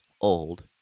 old